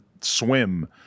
swim